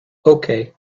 okay